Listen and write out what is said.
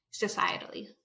societally